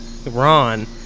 Ron